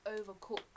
overcook